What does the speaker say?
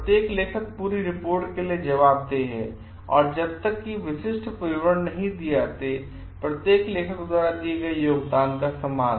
प्रत्येक लेखक पूरी रिपोर्ट के लिए जवाबदेह है और जब तक कि विशिष्ट विवरण नहीं दिए जाते प्रत्येक लेखक द्वारा दिए गए योगदान का सम्मान